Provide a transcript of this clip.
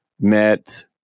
met